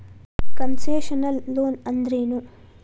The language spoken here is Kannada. ಕನ್ಸೆಷನಲ್ ಲೊನ್ ಅಂದ್ರೇನು?